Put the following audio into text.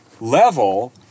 level